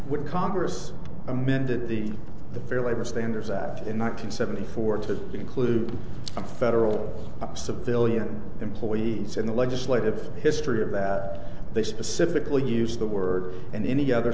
would congress amended the the fair labor standards act in one thousand seventy four to include the federal civilian employees in the legislative history of that they specifically used the word and any other